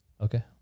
Okay